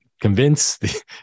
convince